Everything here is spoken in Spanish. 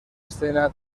escena